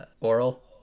oral